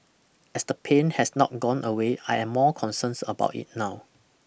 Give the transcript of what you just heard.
as the pain has not gone away I am more concerns about it now